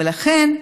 לכן,